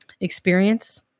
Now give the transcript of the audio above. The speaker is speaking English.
experience